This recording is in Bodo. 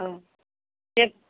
औ दे